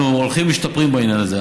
אנחנו הולכים ומשתפרים בעניין הזה,